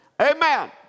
Amen